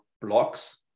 blocks